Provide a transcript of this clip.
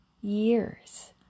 years